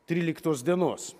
tryliktos dienos